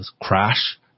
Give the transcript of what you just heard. crash